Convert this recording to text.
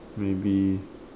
maybe